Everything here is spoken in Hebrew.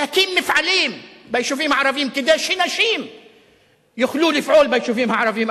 להקים מפעלים ביישובים הערביים כדי שנשים יוכלו לפעול ביישובים הערביים,